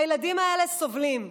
הילדים האלה סובלים.